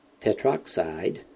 tetroxide